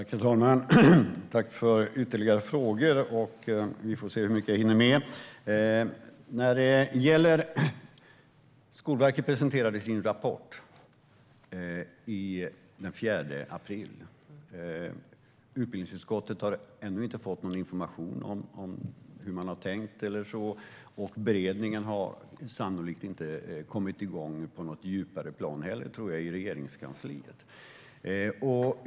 Herr talman! Tack för ytterligare frågor! Vi får se hur mycket jag hinner med. Skolverket presenterade sin rapport den 4 april. Utbildningsutskottet har ännu inte fått någon information om hur man har tänkt eller så. Beredningen har sannolikt inte heller kommit igång på något djupare plan i Regeringskansliet, tror jag.